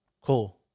Cool